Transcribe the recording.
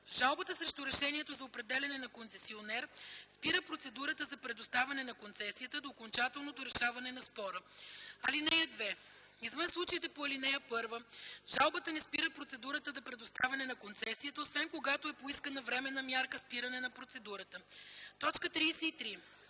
Жалбата срещу решението за определяне на концесионер спира процедурата за предоставяне на концесията до окончателното решаване на спора. (2) Извън случаите по ал. 1 жалбата не спира процедурата за предоставяне на концесията, освен когато е поискана временна мярка „спиране на процедурата”.” 33.